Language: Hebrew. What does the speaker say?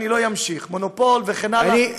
אני לא אמשיך: מונופול וכן הלאה,